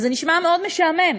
זה נשמע מאוד משעמם,